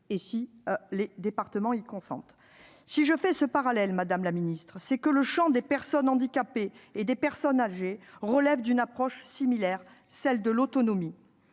et que le département y consent. Si je fais ce parallèle, madame la secrétaire d'État, c'est que le champ des personnes handicapées et des personnes âgées relève d'une approche similaire, celle de l'autonomie.